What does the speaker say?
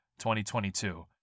2022